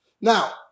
Now